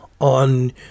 on